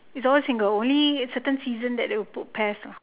it's always single only certain season they will put pairs ah